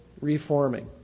reforming